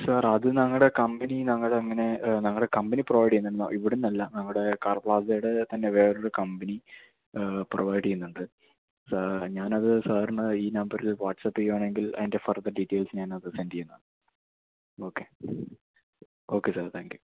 sir അത് ഞങ്ങളുടെ company ഞങ്ങളങ്ങനെ ഞങ്ങളുടെ കമ്പനി പ്രൊവൈഡ് ചെയ്യുന്നുണ്ട് ഇവിടെനിന്നല്ല ഞങ്ങളുടെ കാർ പ്ലാസയുടെ തന്നെ വേറെയൊരു കമ്പനി പ്രൊവൈഡ് ചെയ്യുന്നുണ്ട് ഞാനത് സാറിന് ഈ നമ്പറിൽ വാട്സപ്പ് ചെയ്യുകയാണെങ്കിൽ അതിൻ്റെ ഫർദർ ഡീറ്റെയിൽസ് ഞാനത് സെൻഡ് ചെയ്യുന്നതാണ് okay okay sir thank you